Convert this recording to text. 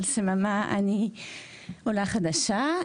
היא גידלה תשעה ילדים.